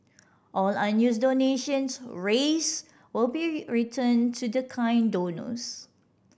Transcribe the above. all unused donations raised will be returned to the kind donors